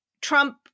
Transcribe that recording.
Trump